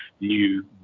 new